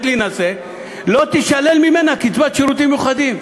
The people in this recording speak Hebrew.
לא תישלל ממנה קצבת שירותים מיוחדים.